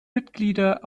mitglieder